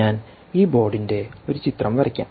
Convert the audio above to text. ഞാൻ ഈ ബോർഡിന്റെ ഒരു ചിത്രം വരയ്ക്കാം